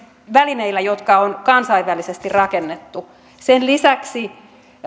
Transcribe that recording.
välineillä jotka on kansainvälisesti rakennettu sen lisäksi